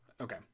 Okay